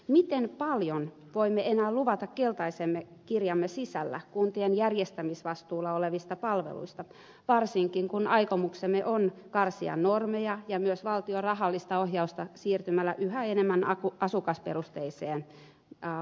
miten paljon voimme enää luvata keltaisen kirjamme sisällä kuntien järjestämisvastuulla olevista palveluista varsinkin kun aikomuksemme on karsia normeja ja myös valtion rahallista ohjausta siirtymällä yhä enemmän asukasperusteiseen valtionosuusmalliin